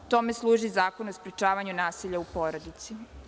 Tome služi Zakon o sprečavanju nasilja u porodici.